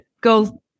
go